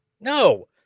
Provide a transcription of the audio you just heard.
No